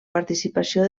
participació